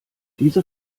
diese